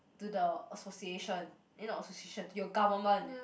to the association eh not association your government